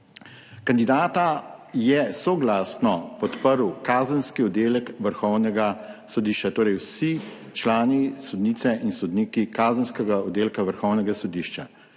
Kandidata je soglasno podprl kazenski oddelek Vrhovnega sodišča, torej vsi člani, sodnice in sodniki kazenskega oddelka Vrhovnega sodišča.